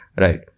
right